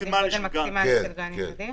מקסימלי של גן ילדים.